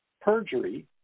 perjury